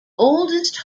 oldest